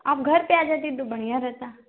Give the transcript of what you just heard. आप घर पर आ जाती तो बढ़िया रहता